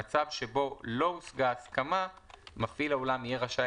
במצב שבו לא הושגה הסכמה מפעיל האולם יהיה רשאי